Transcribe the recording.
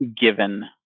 given